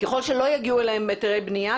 ככל שלא יגיעו אליהן היתרי בנייה,